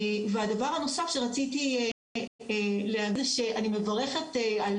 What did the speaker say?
הדבר הנוסף שרציתי להגיד הוא שאני מברכת על